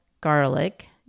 garlic